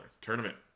tournament